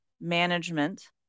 management